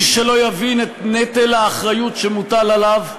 מי שלא יבין את נטל האחריות שמוטל עליו,